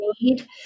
need